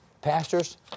Pastors